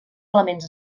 elements